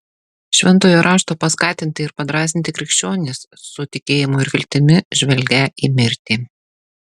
šventojo rašto paskatinti ir padrąsinti krikščionys su tikėjimu ir viltimi žvelgią į mirtį